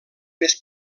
més